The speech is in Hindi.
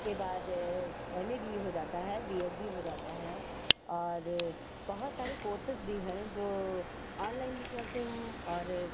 के बाद एक एम ए बी ए हो जाता है बी एड भी हो जाता है और बहुत सारे कोर्सेस भी हैं जो ऑनलाइन भी चलते हैं और